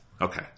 Okay